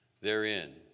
Therein